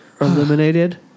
eliminated